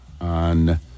on